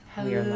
Hello